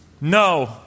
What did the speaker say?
No